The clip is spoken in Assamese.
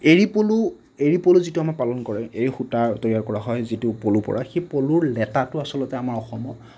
এৰিপলু এৰিপলু যিটো আমাৰ পালন কৰে এৰি সূতা তৈয়াৰ কৰা হয় যিটো পলুৰপৰা সেই লেটাটো আচলতে আমাৰ অসমত